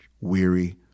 weary